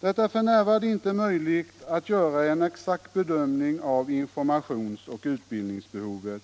Det är f. n. inte möjligt att göra en exakt bedömning av informationsoch utbildningsbehovet